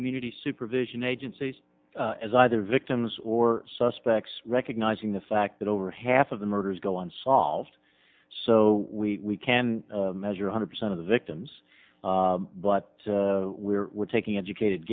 community supervision agencies as either victims or suspects recognizing the fact that over half of the murders go on solved so we can measure a hundred percent of the victims but we're taking educated